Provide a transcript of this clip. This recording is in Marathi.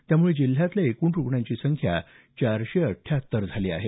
त्यामुळे जिल्ह्यातल्या एकूण रुग्णांची संख्या चारशे अठ्याहत्तर झाली आहे